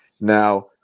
Now